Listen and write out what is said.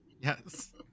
Yes